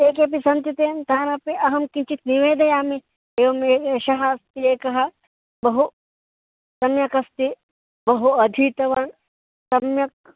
ते केपि सन्ति चेन् तानपि अहं किञ्चित् निवेदयामि एवम् ए एषः अस्ति एकः बहु सम्यकस्ति बहु अधीतवान् सम्यक्